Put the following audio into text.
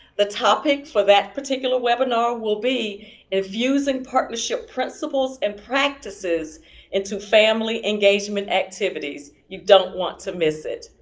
the topic for that particular webinar will be infusing partnership principles and practices into family engagement activities. you don't want to miss it.